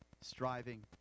striving